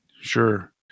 Sure